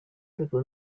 people